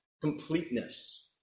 completeness